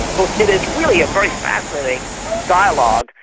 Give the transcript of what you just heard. so it is really a very fascinating dialogue,